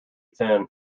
thin